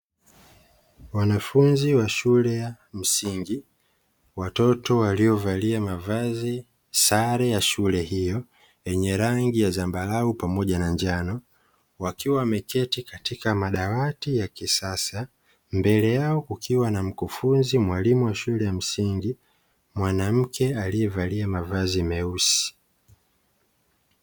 Wanafunzi wa shule ya msingi, watoto waliovalia mavazi sare ya shule hiyo yenye rangi ya zambarau pamoja na njano wakiwa wameketi katika madawati ya kisasa mbele yao kukiwa na mkufunzi mwalimu wa shule ya msingi, mwanamke aliyevalia mavazi meusi.